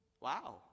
Wow